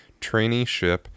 traineeship